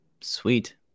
Sweet